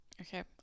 okay